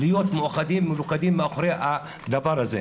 להיות מאוחדים ומלוכדים מאחרי הדבר הזה.